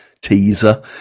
teaser